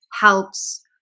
helps